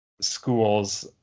schools